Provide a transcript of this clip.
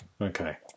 Okay